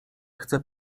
chce